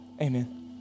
Amen